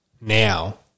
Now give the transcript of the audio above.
now